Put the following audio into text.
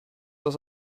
das